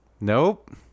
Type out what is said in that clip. Nope